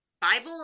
Bible